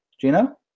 Gino